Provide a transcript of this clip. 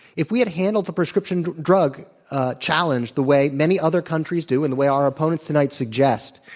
if we had handled the prescription drug challenge the way many other countries do and the way our opponents tonight suggest,